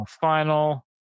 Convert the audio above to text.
final